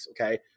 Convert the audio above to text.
Okay